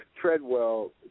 Treadwell